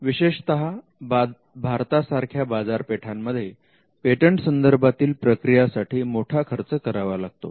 विशेषतः भारतासारख्या बाजारपेठांमध्ये पेटंट संदर्भातील प्रक्रियांसाठी मोठा खर्च करावा लागतो